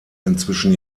inzwischen